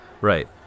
right